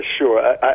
sure